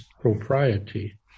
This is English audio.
propriety